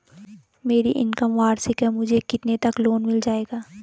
मेरी इनकम वार्षिक है मुझे कितने तक लोन मिल जाएगा?